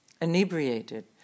Inebriated